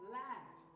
land